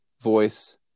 voice